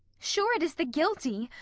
sure it is the guilty,